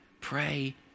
pray